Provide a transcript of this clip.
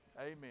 Amen